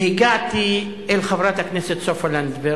הגעתי אל חברת הכנסת סופה לנדבר,